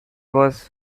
was